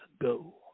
go